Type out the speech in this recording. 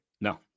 no